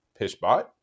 pishbot